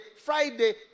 Friday